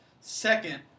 Second